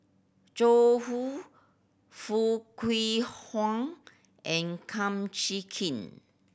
Zhu Foo Kwee Horng and Kum Chee Kin